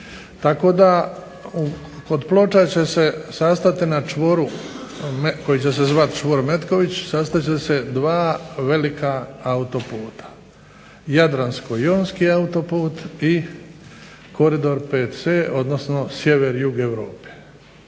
tako da kod Ploča će se sastati na čvoru koji će se zvati čvor Metković, sastati dva velika autoputa. Jadransko-jonski autoput i Koridor VC odnosno sjevere i jug Europe.